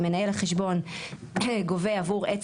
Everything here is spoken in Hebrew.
אם מנהל החשבון גובה עבור,